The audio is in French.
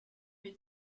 est